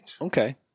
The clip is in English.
Okay